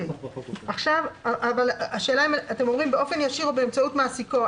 אתם אומרים באופן ישיר או באמצעות מעסיקה.